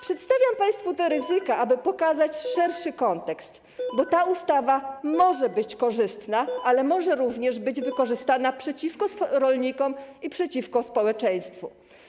Przedstawiam państwu te ryzyka, aby pokazać szerszy kontekst, bo ta ustawa może być korzystna, ale może również być wykorzystana przeciwko rolnikom i przeciwko społeczeństwu.